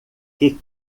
que